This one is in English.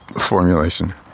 formulation